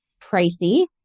pricey